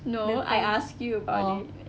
no I ask you about it